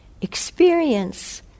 experience